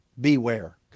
beware